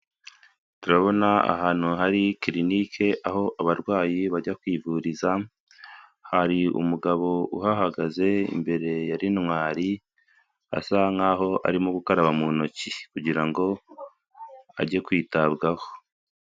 Turabona ahantu hari kirinike, aho abarwayi bajya kwivuriza, hari umugabo uhagaze imbere ya rinwari, asa nkaho arimo gukaraba mu ntoki, kugira ngo ajye kwitabwaho.